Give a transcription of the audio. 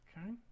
Okay